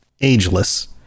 ageless